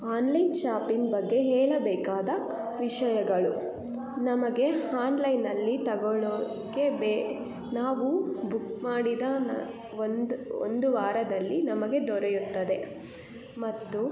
online shopping ಬಗ್ಗೆ ಹೇಳಬೇಕಾದ ವಿಷಯಗಳು ನಮಗೆ ಹಾನ್ಲೈನಲ್ಲಿ ತಗೊಳೋಕ್ಕೆ ಬೇ ನಾವು ಬುಕ್ ಮಾಡಿದ ನ ಒಂದು ಒಂದು ವಾರದಲ್ಲಿ ನಮಗೆ ದೊರೆಯುತ್ತದೆ ಮತ್ತು